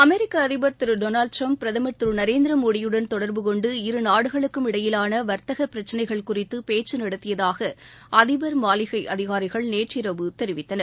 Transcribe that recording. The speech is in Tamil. அமெிக்க அதிபா் திரு டொனால்டு டிரம்ப் பிரதம் திரு நரேந்திர மோடியுடன் தொடா்புகொண்டு இருநாடுகளுக்கும் இடையிலான வாத்தக பிரச்னைகள் குறித்து பேச்சு நடத்தியதாக அதிபர் மாளிகை அதிகாரிகள் நேற்றிரவு தெரிவித்தனர்